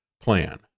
plan